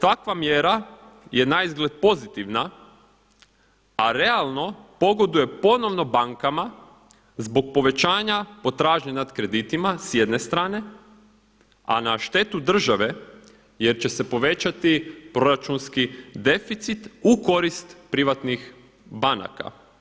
Takva mjera je naizgled pozitivna, a realno pogoduje ponovno bankama zbog povećanja potražnje nad kreditima s jedne strane, a na štetu države jer će se povećati proračunski deficit u korist privatnih banaka.